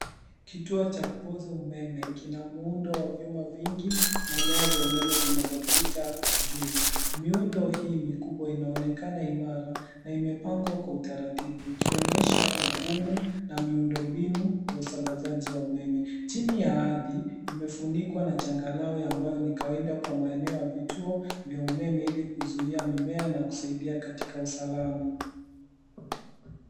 Kituo cha kupoza umeme kina muundo wa vyuma vingi na nyaya za umeme zinazopita juu. Miundo hii mikubwa inaonekana imara na imepengwa kwa utaratibu ikionyesha ugumu na miundombinu ya usambazaji wa umeme. Chini ya ardhi imefunikwa na changarawe ambayo ni kawaida kwa maeneo ya vituo vya umeme ili kuzuia mimea na kusaidia katika usalama.